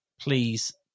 please